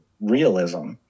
realism